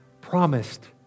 promised